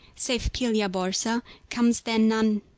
save pilia-borza, comes there none,